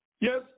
Yes